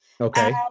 Okay